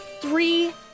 three